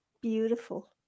Beautiful